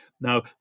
Now